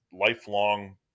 lifelong